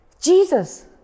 Jesus